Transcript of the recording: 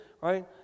right